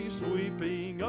sweeping